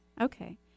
Okay